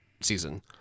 season